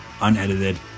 unedited